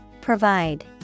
Provide